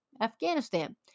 Afghanistan